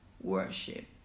Worship